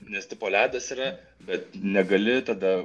nes tipo ledas yra bet negali tada